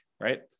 right